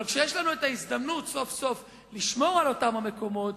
אבל כשיש לנו הזדמנות סוף-סוף לשמור על אותם מקומות,